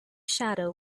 shadow